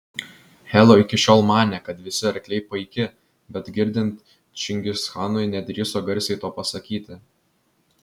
hela iki šiol manė kad visi arkliai paiki bet girdint čingischanui nedrįso garsiai to pasakyti